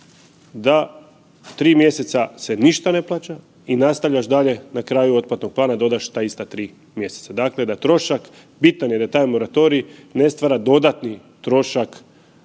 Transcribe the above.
da 3 mjeseca se ništa ne plaća i nastavljaš dalje na kraju otplatnog plana dodaš ta ista 3 mjeseca. Dakle, da trošak bitan je da taj moratorij ne stvara dodatni trošak